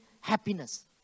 happiness